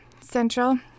Central